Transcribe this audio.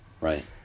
Right